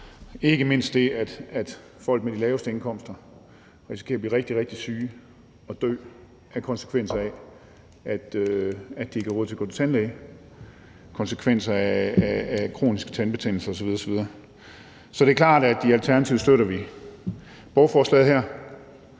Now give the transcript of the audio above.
ikke mindst det, at folk med de laveste indkomster risikerer at blive rigtig, rigtig syge og dø som konsekvens af, at de ikke har råd til at gå til tandlæge, som konsekvens af, at de har kronisk tandkødsbetændelse osv. Så det er klart, at vi i Alternativet støtter borgerforslaget her.